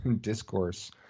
discourse